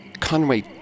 Conway